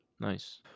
Nice